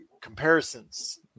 comparisons